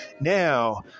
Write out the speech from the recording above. Now